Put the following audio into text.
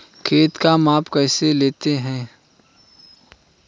खेत का माप कैसे लेते हैं?